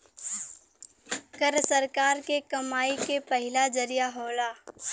कर सरकार के कमाई के पहिला जरिया होला